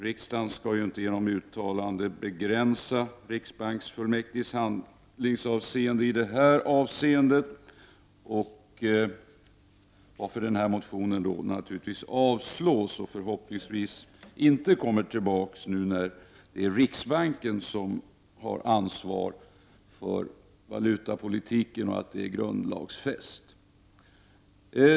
Riksdagen skall inte genom uttalande begränsa riksbanksfullmäktiges handlingsfrihet i detta avseende, varför den här motionen naturligtvis avstyrks och förhoppningsvis inte kommer tillbaka nu när det är riksbanken som har ansvaret för valutapolitiken. Det är grundlagsfäst.